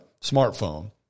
smartphone